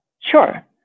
Sure